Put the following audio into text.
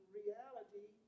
reality